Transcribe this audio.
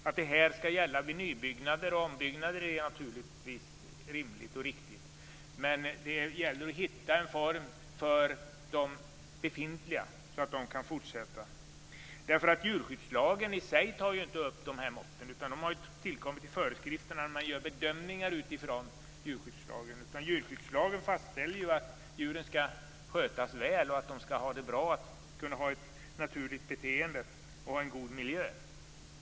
Att det här skall gälla vid nybyggnader och ombyggnader är naturligtvis rimligt och riktigt, men det gäller att hitta en form för de befintliga så att de kan fortsätta. Djurskyddslagen i sig tar inte upp de här måtten. De har tillkommit i föreskrifterna, där man gör bedömningar utifrån djurskyddslagen. Djurskyddslagen fastställer att djuren skall skötas väl, att de skall ha det bra, kunna ha ett naturligt beteende och en god miljö.